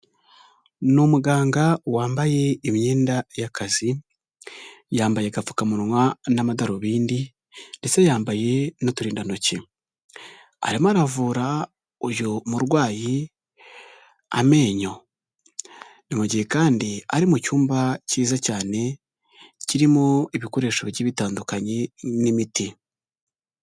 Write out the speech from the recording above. Ni umuganga wambaye imyenda y'akazi, yambaye agapfukamunwa n'amadarubindi, ndetse yambaye n'uturindantoki, arimo aravura uyu murwayi amenyo, ni mu gihe kandi ari mu cyumba cyiza cyane kirimo ibikoresho bigiye bitandukanye n'imiti.